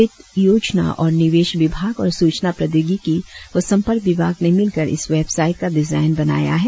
वित्त योजना और निवेश विभाग और सूचना प्रौद्योगिकी व संपर्क विभाग ने मिलकर इस वेबसाईट का डिजाइन बनाया है